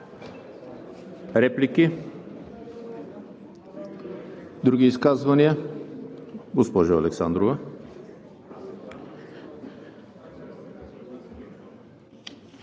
Реплики? Други изказвания? Госпожо Александрова.